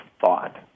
thought